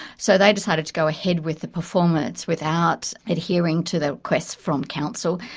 so they decided to go ahead with the performance without adhering to the request from council.